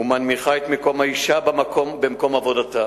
ומנמיכה את מקום האשה במקום עבודתה,